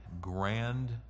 grand